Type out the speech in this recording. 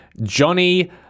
Johnny